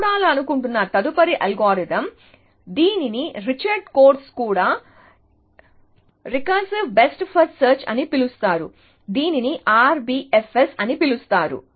మనం చూడాలనుకుంటున్న తదుపరి అల్గోరిథం దీనిని రిచర్డ్ కోర్ఫ్ కూడా రికర్సివ్ బెస్ట్ ఫస్ట్ సెర్చ్ అని పిలుస్తారు దీనిని RBFS అని పిలుస్తారు